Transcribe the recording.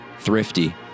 thrifty